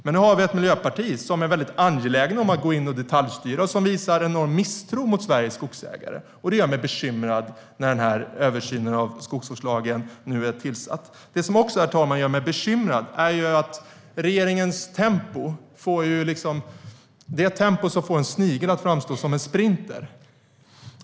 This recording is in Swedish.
Men nu har vi ett miljöparti som är angeläget om att gå in och detaljstyra och som hyser stor misstro mot Sveriges skogsägare. Detta gör mig bekymrad när nu översynen av skogsvårdslagen är påbörjad. Det som också gör mig bekymrad är att regeringens tempo får en snigel att framstå som en sprinter.